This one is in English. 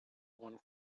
one